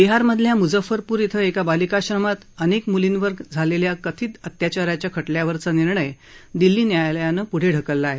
बिहारमधल्या मुझफ्फरपूर इथं एका बालिकाश्रमात अनेक मुलींवर झालेल्या कथित अत्याचाराच्या खटल्यावरचा निर्णय दिल्ली न्यायालयानं पृढे ढकलला आहे